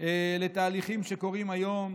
לתהליכים שקורים היום.